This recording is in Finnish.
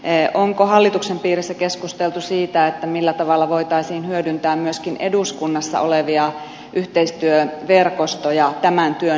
on ko hallituksen piirissä keskusteltu siitä millä tavalla voitaisiin hyödyntää myöskin eduskunnassa olevia yhteistyöverkostoja tämän työn edistämisessä